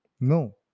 No